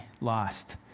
lost